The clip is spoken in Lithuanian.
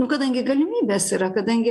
nu kadangi galimybės yra kadangi